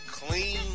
Clean